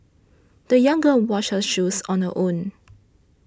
the young girl washed her shoes on her own